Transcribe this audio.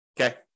Okay